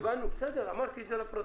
הבנו, בסדר, אמרתי את זה לפרוטוקול.